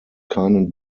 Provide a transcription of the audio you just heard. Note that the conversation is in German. keinen